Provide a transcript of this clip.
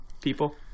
people